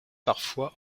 parfois